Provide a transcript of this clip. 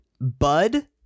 bud